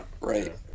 right